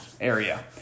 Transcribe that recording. area